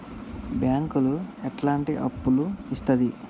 బ్యాంకులు ఎట్లాంటి అప్పులు ఇత్తది?